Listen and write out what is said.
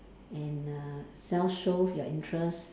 and uh self show your interest